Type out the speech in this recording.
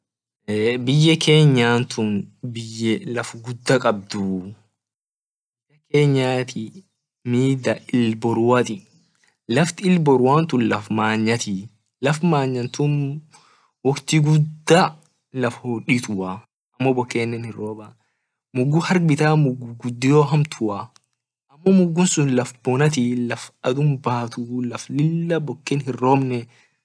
Biye kenyantun biye laf gudio kabduu mida ilboruati laftin il boruantun laf mayatii laf manyantun wokti guda laf hodituaa amo bokene hinroba mugu harbita mugu gudio hamtuaa dub mugu sun laf bonatii adhun batuu laf lila boken hinrobnee.